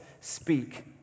speak